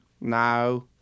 No